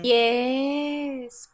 yes